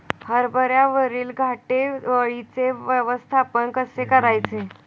हरभऱ्यावरील घाटे अळीचे व्यवस्थापन कसे करायचे?